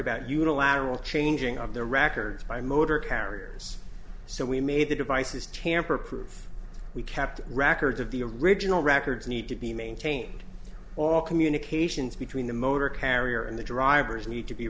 about unilateral changing of the records by motor carriers so we made the devices tamper proof we kept records of the original records need to be maintained all communications between the motor carrier and the drivers need to be